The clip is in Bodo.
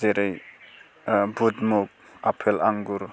जेरै बुद मुग आपेल आंगुर